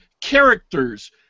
characters